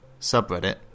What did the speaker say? subreddit